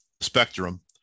spectrum